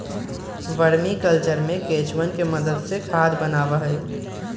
vermi culture में केंचुवन के मदद से खाद बनावा हई